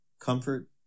comfort